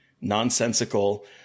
nonsensical